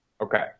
Okay